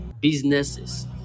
businesses